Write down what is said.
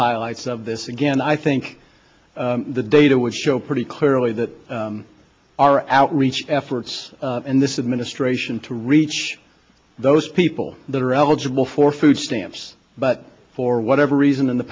highlights of this again i think the data would show pretty clearly that our outreach efforts and this is ministration to reach those people that are eligible for food stamps but for whatever reason in the